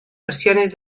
versiones